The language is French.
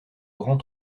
grand